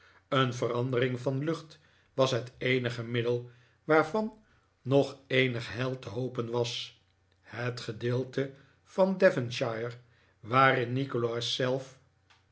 een verandering van lucht was het eenige middel waarvan nog eenig heil te hopen was het gedeelte van devonshire waarin nikolaas zelf